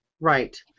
Right